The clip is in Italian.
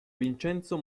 vincenzo